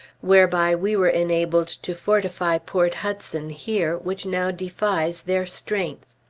whereby we were enabled to fortify port hudson here, which now defies their strength.